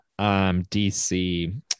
DC